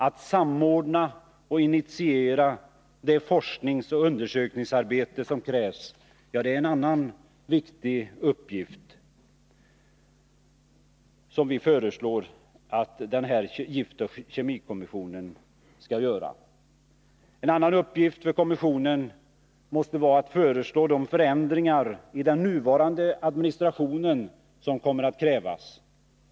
Att samordna och initiera det forskningsoch undersökningsarbete som krävs är en annan viktig uppgift som vi föreslår att giftoch kemikommissionen skall ha. En ytterligare uppgift för den här kommissionen måste vara att föreslå de förändringar i den nuvarande administrationen vilka med nödvändighet kommer att krävas.